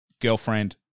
girlfriend